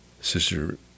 Sister